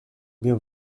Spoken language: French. bien